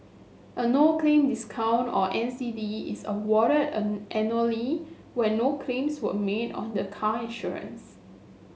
a no claim discount or N C D is awarded a annually when no claims were made on the car insurance